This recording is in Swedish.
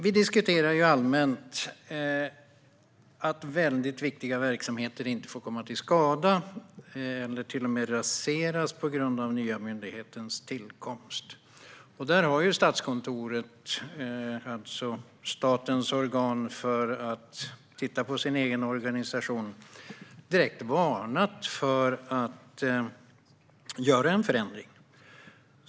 Vi diskuterar allmänt att viktiga verksamheter inte får komma till skada eller raseras på grund av den nya myndighetens tillkomst. Statskontoret, alltså statens organ för att titta på den egna organisationen, har direkt varnat för att göra en förändring.